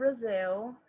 Brazil